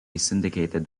syndicated